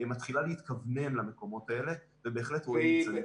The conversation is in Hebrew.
מתחילה להתכוונן למקומות האלה ובהחלט רואים ניצנים.